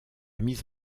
mise